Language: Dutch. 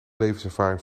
levenservaring